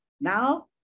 Now